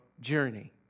journey